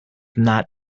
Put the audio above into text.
not